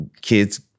Kids